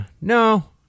no